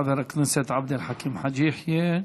חבר הכנסת עבד אל חכים חאג' יחיא.